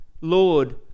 Lord